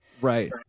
Right